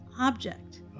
object